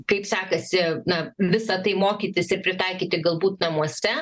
kaip sekasi na visa tai mokytis ir pritaikyti galbūt namuose